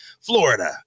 Florida